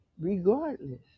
regardless